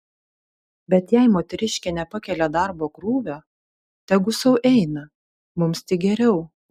bet jei moteriškė nepakelia darbo krūvio tegu sau eina mums tik geriau